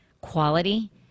quality